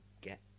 get